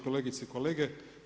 Kolegice i kolege.